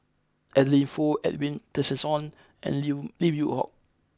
Adeline Foo Edwin Tessensohn and Lim Lim Yew Hock